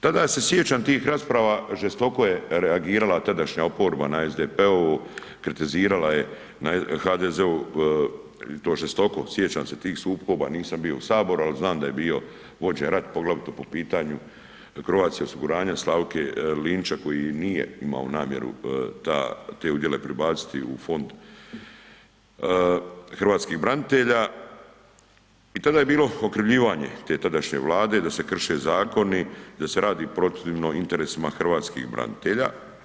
Tada se sjećam tih rasprava žestoko je reagirala tadašnja oporba na SDP-ovu kritizirala je HDZ-ovu i to žestoko, sjećam se tih sukoba, nisam bio u saboru al znam da je bio vođen rato poglavito po pitanju Croatia osiguranja Slavke Linića koji nije imao namjeru te udjele prebaciti u Fond hrvatskih branitelja i tada je bilo okrivljivanje te tadašnje vlade da se krše zakoni, da se radi protivno interesima hrvatskih branitelja.